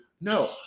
no